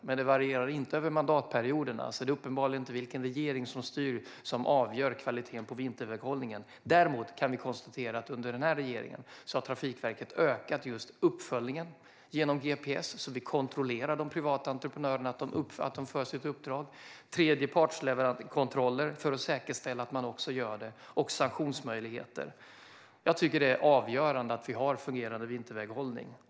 Det varierar dock inte över mandatperioderna, så kvaliteten på vinterväghållningen avgörs uppenbarligen inte av vilken regering som styr. Vi kan däremot konstatera att Trafikverket under denna regering har ökat uppföljningen via gps, för att kontrollera att de privata entreprenörerna fullföljer sitt uppdrag, genom tredjepartskontroller, för att säkerställa att man också gör detta, samt genom sanktionsmöjligheter. Jag tycker att det är avgörande att vi har fungerande vinterväghållning.